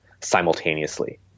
simultaneously